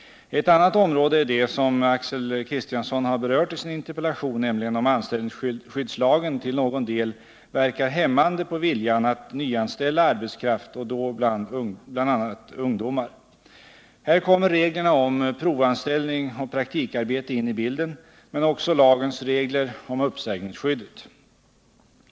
Ett annat område är det som Axel Kristiansson har berört i sin interpellation, nämligen om anställningsskyddslagen till någon del verkar hämmande på viljan att nyanställa arbetskraft och då bl.a. ungdomar. Här kommer reglerna om provanställning och praktikarbete in i bilden men också lagens regler om uppsägningsskyddet.